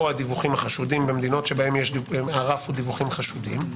הדיווחים החשודים במדינות שבהן הרף הוא דיווחים חשודים,